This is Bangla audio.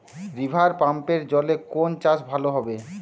রিভারপাম্পের জলে কোন চাষ ভালো হবে?